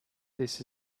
this